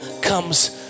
comes